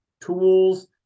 tools